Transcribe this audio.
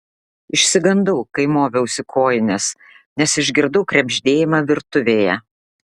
išsigandau kai moviausi kojines nes išgirdau krebždėjimą virtuvėje